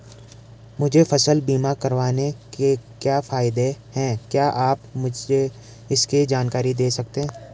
मुझे फसल बीमा करवाने के क्या फायदे हैं क्या आप मुझे इसकी जानकारी दें सकते हैं?